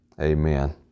Amen